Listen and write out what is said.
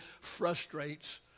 frustrates